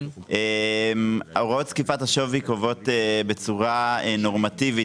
הוראות זקיפת השווי קובעות בצורה נורמטיבית